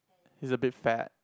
he's a bit fat